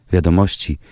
Wiadomości